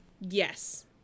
Yes